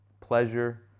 pleasure